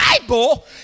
Bible